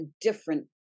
different